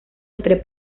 entre